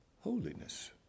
holiness